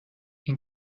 این